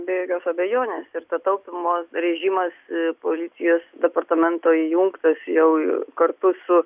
be jokios abejonės ir ta taupymo režimas policijos departamento įjungtas jau kartu su